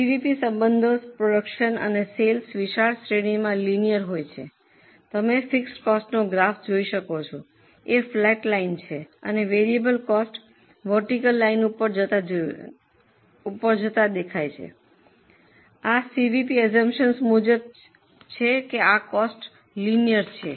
CVP સંબંધો production અને sales વિશાળ શ્રેણીમાં લિનિયર હોય છે તમે ફિક્સડ કોસ્ટનો ગ્રાફ જોઈ શકો છો એ ફ્લેટ લાઇન છે અને વેરિયેબલ કોસ્ટ વર્ટિકલ લાઇન ઉપર તરફ જતા જોયું છે આ સીવીપીની આઅસ્સુમ્પ્શન્સ મુજબ છે કે આ કોસ્ટ લિનિયર છે